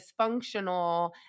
dysfunctional